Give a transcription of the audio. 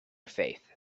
faith